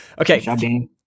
Okay